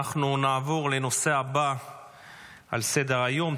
אנחנו נעבור לנושא הבא על סדר-היום,